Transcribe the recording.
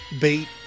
bait